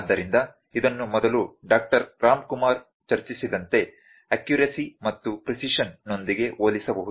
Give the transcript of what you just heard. ಆದ್ದರಿಂದ ಇದನ್ನು ಮೊದಲು ಡಾಕ್ಟರ್ ರಾಮ್ಕುಮಾರ್ ಚರ್ಚಿಸಿದಂತೆ ಅಕ್ಯೂರೇಸಿ ಮತ್ತು ಪ್ರಿಸಿಷನ್ನೊಂದಿಗೆ ಹೋಲಿಸಬಹುದು